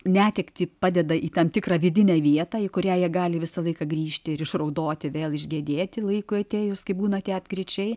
netektį padeda į tam tikrą vidinę vietą į kurią jie gali visą laiką grįžti ir išraudoti vėl išgedėti laikui atėjus kai būnate atkryčiai